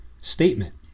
statement